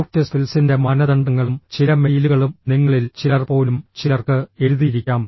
soft സ്കിൽസിൻറെ മാനദണ്ഡങ്ങളും ചില മെയിലുകളും നിങ്ങളിൽ ചിലർ പോലും ചിലർക്ക് എഴുതിയിരിക്കാം